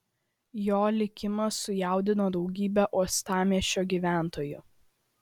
jo likimas sujaudino daugybę uostamiesčio gyventojų